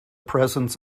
presence